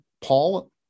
Paul